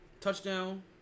Touchdown